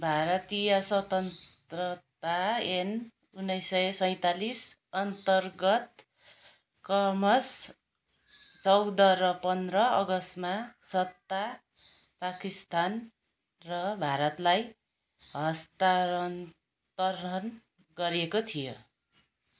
भारतीय स्वतन्त्रता ऐन उन्नाइस सय सैँतालिस अन्तर्गत क्रमशः चौध र पन्ध्र अगस्तमा सत्ता पाकिस्तान र भारतलाई हस्तान्तरण गरिएको थियो